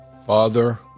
Father